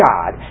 God